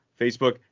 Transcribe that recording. Facebook